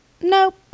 nope